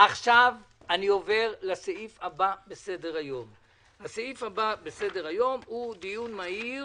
עכשיו אני עובר לסעיף הבא בסדר-היום שהוא: דיון מהיר